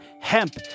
Hemp